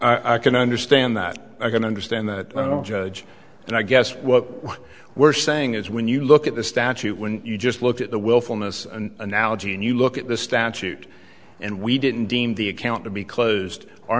i can understand that i can understand that judge and i guess what we're saying is when you look at the statute when you just look at the willfulness analogy and you look at the statute and we didn't deem the account to be closed o